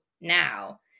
now